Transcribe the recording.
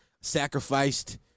sacrificed